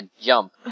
jump